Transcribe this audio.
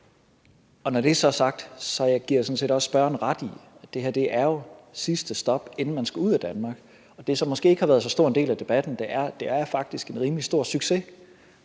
Når det så er sagt, giver jeg sådan set også spørgeren ret i, at det her jo er sidste stop, inden man skal ud af Danmark. Og det, som måske ikke har været så stor en del af debatten, er jo faktisk, at det er en rimelig stor succes.